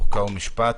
חוק ומשפט.